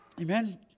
Amen